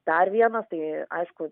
dar vienas tai aišku